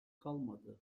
kalmadı